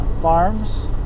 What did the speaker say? Farms